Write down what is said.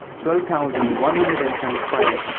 twelve thousand, one hundred and twenty-five.